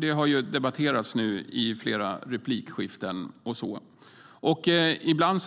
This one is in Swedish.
Den har debatterats i flera replikskiften. Ibland